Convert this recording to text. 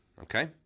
okay